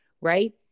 right